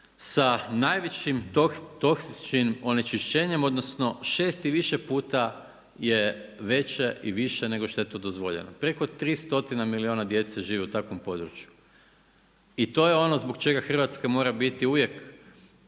sa najvišim toksičnim onečišćenjem, odnosno 6 i više puta je veća i viša nego što je to dozvoljeno, preko 3 stotina milijuna djece živi u takvom području. I to je ono zbog čega Hrvatska mora biti uvijek,